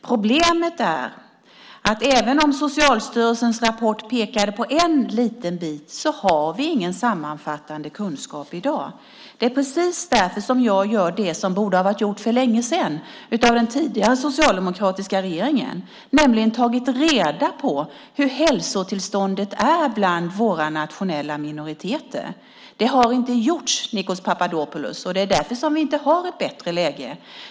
Problemet är att även om Socialstyrelsens rapport pekar på en liten bit har vi ingen sammanfattande kunskap i dag. Det är precis därför jag gör det som borde ha gjorts för länge sedan av den tidigare socialdemokratiska regeringen, nämligen att ta reda på hälsotillståndet bland våra nationella minoriteter. Det har inte gjorts, Nikos Papadopoulos, och det är därför vi inte har ett bättre läge.